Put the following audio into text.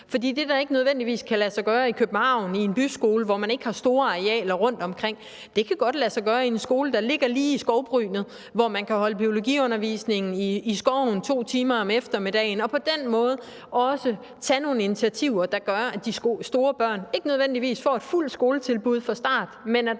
nødvendigvis kan lade sig gøre i København i en byskole, hvor man ikke har store arealer rundtomkring, kan godt lade sig gøre i en skole, der ligger lige i skovbrynet, hvor man kan holde biologiundervisning i skoven 2 timer om eftermiddagen, og på den måde også tage nogle initiativer, der gør, at de store børn ikke nødvendigvis får et fuldt skoletilbud fra start, men at